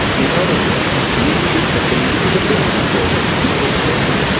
in other words, we needed to believability-weight people's thinking.